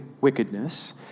wickedness